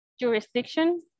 jurisdiction